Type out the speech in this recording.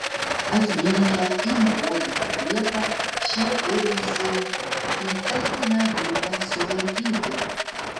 atvykę į nurodytą vietą šie ėmėsi įtartiną grupę sulaikyti